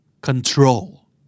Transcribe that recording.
Control